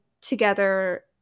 together